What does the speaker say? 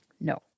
no